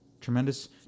tremendous